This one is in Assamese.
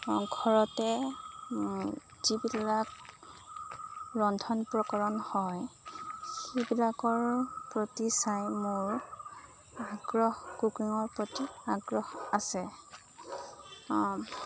ঘৰতে যিবিলাক ৰন্ধন প্ৰকৰণ হয় সেইবিলাকৰ প্ৰতি চাই মোৰ আগ্ৰহ কুকিঙৰ প্ৰতি আগ্ৰহ আছে